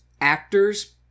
actors